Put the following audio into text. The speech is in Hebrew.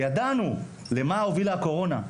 ידענו למה הובילה הקורונה,